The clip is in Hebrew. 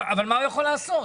אבל מה הוא יכול לעשות?